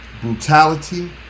brutality